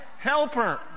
helper